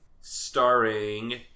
starring